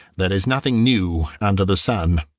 there is nothing new under the sun.